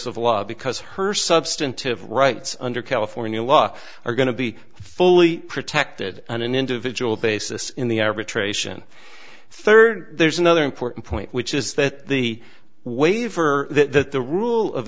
of law because her substantive rights under california law are going to be fully protected on an individual basis in the average ration third there's another important point which is that the waiver that the rule of